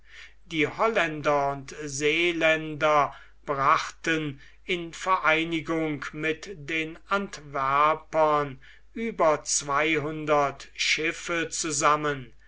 die holländer und seeländer brachten in vereinigung mit den antwerpern über zweihundert schiffe zusammen